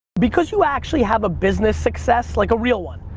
because you actually have a business success, like a real one,